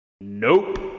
Nope